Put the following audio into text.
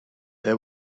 they